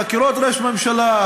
חקירות ראש ממשלה,